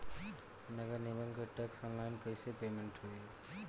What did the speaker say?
नगर निगम के टैक्स ऑनलाइन कईसे पेमेंट होई?